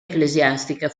ecclesiastica